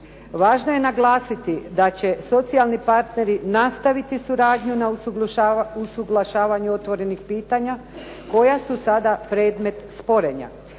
Važno je naglasiti da će socijalni partneri nastaviti suradnju na usuglašavanju otvorenih pitanja koja su sada predmet sporenja.